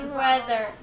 weather